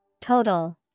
Total